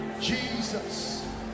Jesus